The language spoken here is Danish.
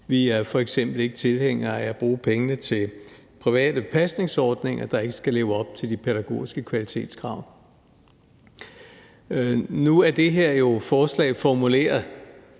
Vi er f.eks. ikke tilhængere af at bruge pengene til private pasningsordninger, der ikke skal leve op til de pædagogiske kvalitetskrav. Nu er det her forslag jo formuleret,